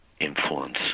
influence